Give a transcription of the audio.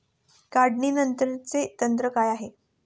काढणीनंतरचे तंत्र काय आहे?